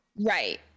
Right